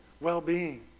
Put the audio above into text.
well-being